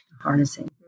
harnessing